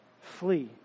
flee